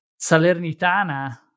Salernitana